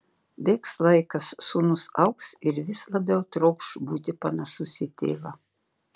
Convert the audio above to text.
bėgs laikas sūnus augs ir vis labiau trokš būti panašus į tėvą